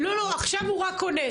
לא, עכשיו הוא רק עונה.